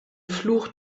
fluch